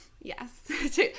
Yes